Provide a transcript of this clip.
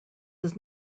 does